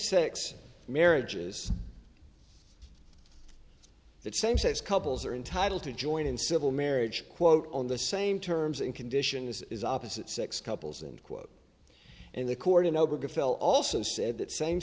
sex marriages that same sex couples are entitled to joint in civil marriage quote on the same terms and conditions is opposite sex couples and quote and the cordoba fellow also said that same